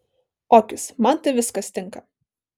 okis man tai viskas tinka